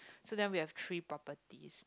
so then we have three properties